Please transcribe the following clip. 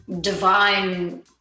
divine